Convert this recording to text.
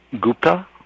Gupta